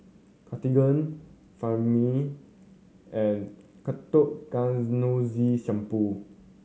Cartigain Remifemin and Ketoconazole Shampoo